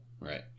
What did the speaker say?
right